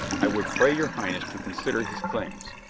i would pray your highness to consider his claims,